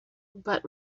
but